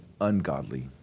ungodly